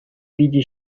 питӗ